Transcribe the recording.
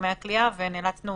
במתחמי הכליאה, ונאלצנו